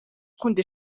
gukunda